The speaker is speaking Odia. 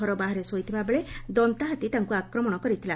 ଘର ବାହାରେ ଶୋଇଥିବା ବେଳେ ଦନ୍ତାହାତୀ ତାଙ୍କୁ ଆକ୍ରମଣ କରିଥିଲା